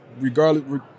Regardless